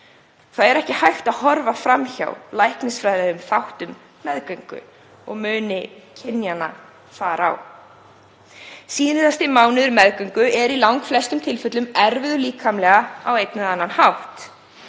Það er ekki hægt að horfa fram hjá læknisfræðilegum þáttum meðgöngu og muni kynjanna þar á. Síðasti mánuður meðgöngu er í langflestum tilfellum erfiður líkamlega á einn eða annan hátt.